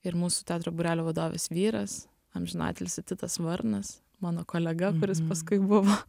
ir mūsų teatro būrelio vadovės vyras amžinatilsį titas varnas mano kolega kuris paskui buvo